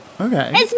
Okay